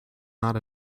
not